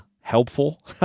helpful